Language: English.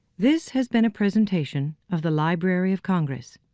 this has been a presentation of the library of congress.